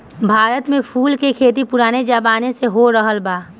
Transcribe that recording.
भारत में फूल के खेती पुराने जमाना से होरहल बा